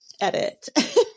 edit